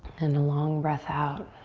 and a long breath out.